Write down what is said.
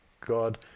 God